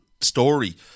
Story